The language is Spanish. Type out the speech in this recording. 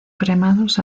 cremados